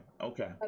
Okay